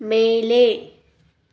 ಮೇಲೆ